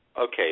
Okay